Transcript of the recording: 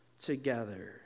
together